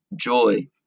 joy